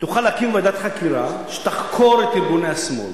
תוכל להקים ועדת חקירה שתחקור את ארגוני השמאל.